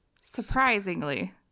Surprisingly